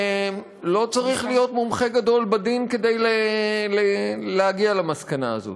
לא צריך להיות מומחה גדול בדין כדי להגיע למסקנה הזאת.